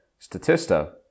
Statista